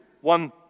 One